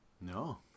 No